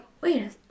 wait